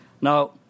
Now